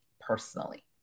personally